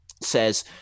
says